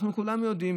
אנחנו כולנו יודעים.